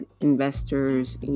investors